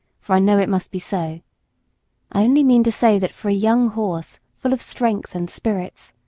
for i know it must be so. i only mean to say that for a young horse full of strength and spirits,